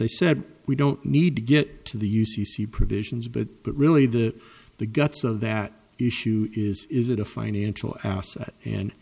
i said we don't need to get to the u c c provisions but but really the the guts of that issue is is it a financial asset and